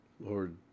Lord